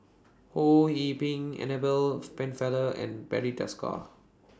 Ho Yee Ping Annabel Pennefather and Barry Desker